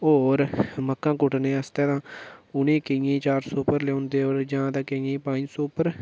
कोई होर मक्कां कुट्टने आस्तै ते उ'नें केइयें गी चार सौ पर लेई जंदे ते केइयें गी पंज सौ पर